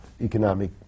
economic